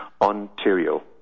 Ontario